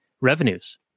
revenues